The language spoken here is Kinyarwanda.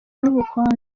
n’ubukonje